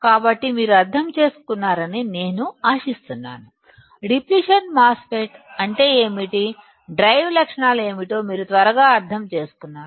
కాబట్టి మీరు అర్థం చేసుకున్నారని నేను ఆశిస్తున్నాను డిప్లిషన్ మాస్ ఫెట్ అంటే ఏమిటిడ్రైన్ లక్షణాలు ఏమిటో మీరు త్వరగా అర్థం చేసుకున్నారు